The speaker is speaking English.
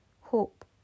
hope